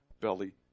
belly